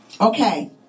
Okay